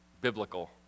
biblical